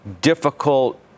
difficult